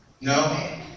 No